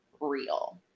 real